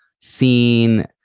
seen